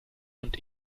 und